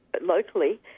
locally